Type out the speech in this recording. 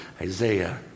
Isaiah